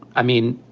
i mean,